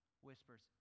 whispers